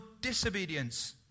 disobedience